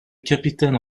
capitaine